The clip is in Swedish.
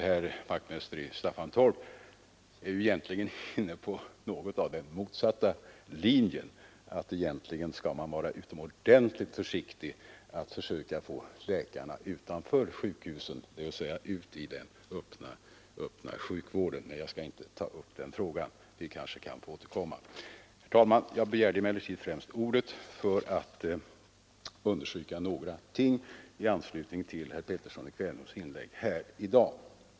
Herr Wachtmeister i Staffanstorp är egentligen inne på en motsatt linje — att man skall vara utomordentligt försiktig när det gäller att försöka få läkarna utanför sjukhusen, dvs. ut i den öppna sjukvården, men jag skall inte ta upp den frågan; till den kanske vi kan återkomma. Herr talman! Jag begärde emellertid främst ordet för att understryka några ting i anslutning till herr Petterssons i Kvänum inlägg här i dag.